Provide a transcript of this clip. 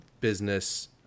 business